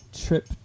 trip